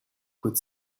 could